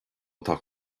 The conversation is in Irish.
atá